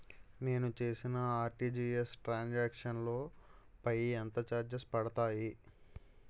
నేను చేసిన RTGS transaction లో పై ఎంత చార్జెస్ పడతాయి?